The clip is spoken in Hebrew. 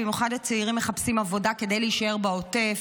במיוחד הצעירים מחפשים עבודה כדי להישאר בעוטף.